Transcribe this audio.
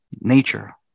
nature